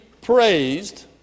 praised